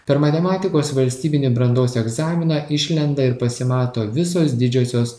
per matematikos valstybinį brandos egzaminą išlenda ir pasimato visos didžiosios